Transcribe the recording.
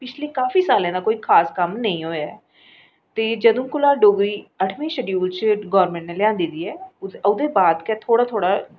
पिछलें काफी सालें दा कोई खास कम्म नेईं होआ ऐ ते जदूं कोला डोगरी अठमें शड्यूल च गोरमैंट ने लेयांदी दी ऐ ओह्दे बाद गै थोह्ड़ा थोह्ड़ा